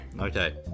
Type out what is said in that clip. Okay